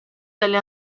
delle